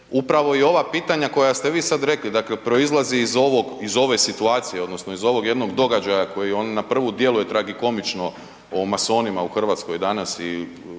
upravo i ova pitanja koja ste vi sad rekli, dakle proizlazi iz ovog, iz ove situacije odnosno iz ovog jednog događa koji ono na prvu djeluje tragikomično o masonima u Hrvatskoj danas i momcima